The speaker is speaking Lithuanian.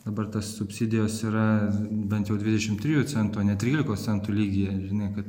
dabar tos subsidijos yra bent jau dvidešim trijų centų o ne trylikos centų lygyje žinai kad